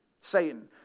satan